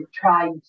tried